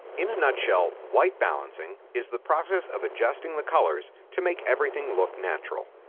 in a nutshell, white balancing is the process of adjusting the colors to make everything look natural.